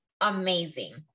amazing